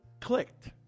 clicked